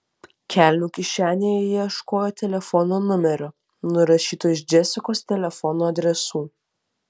kelnių kišenėje ji ieškojo telefono numerio nurašyto iš džesikos telefono adresų